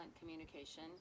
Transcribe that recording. communication